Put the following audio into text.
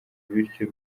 bityo